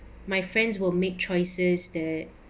my friends will make choices that